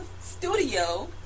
Studio